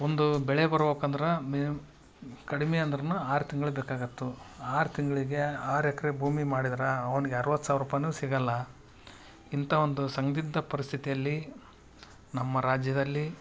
ಒಂದು ಬೆಳೆ ಬರಬೇಕು ಅಂದರ ಮಿ ಕಡಿಮೆ ಅಂದರನ ಆರು ತಿಂಗಳು ಬೇಕಾಗತ್ತೆ ಆರು ತಿಂಗಳಿಗೆ ಆರು ಎಕ್ಕರೆ ಭೂಮಿ ಮಾಡಿದರ ಅವ್ನಿಗೆ ಅರವತ್ತು ಸಾವಿರ ರೂಪಾಯಿನೂ ಸಿಗಲ್ಲ ಇಂಥಾ ಒಂದು ಸಂದಿಗ್ಧ ಪರಿಸ್ಥಿತಿಯಲ್ಲಿ ನಮ್ಮ ರಾಜ್ಯದಲ್ಲಿ